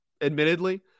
admittedly